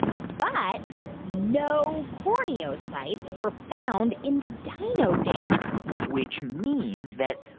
but no corneocytes were found in the dino dandruff which means that,